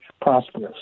prosperous